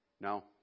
No